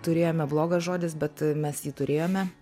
turėjome blogas žodis bet mes jį turėjome